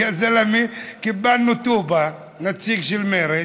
יא זלמה, קיבלנו בטובא נציג של מרצ,